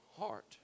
heart